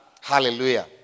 Hallelujah